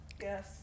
Yes